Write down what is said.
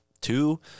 two